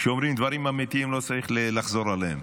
כשאומרים דברים אמיתיים, לא צריך לחזור עליהם.